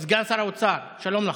סגן שר האוצר, שלום לך.